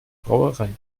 brauerei